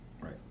Right